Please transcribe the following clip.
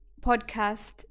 podcast